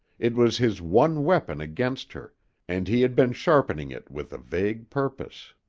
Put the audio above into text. it was his one weapon against her and he had been sharpening it with a vague purpose.